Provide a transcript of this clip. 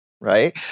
right